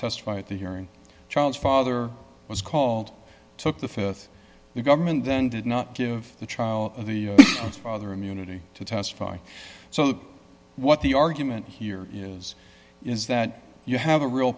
testify at the hearing child's father was called took the th the government then did not give the trial of the father immunity to testify so what the argument here is is that you have a real